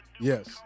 Yes